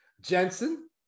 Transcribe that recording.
Jensen